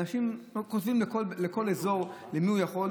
אנשים, כותבים לכל אזור למי הוא יכול.